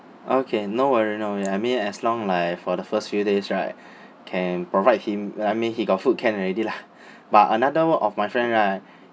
okay no worry no worry I mean as long like for the first few days right can provide him I mean he got food can already lah but another one of my friend right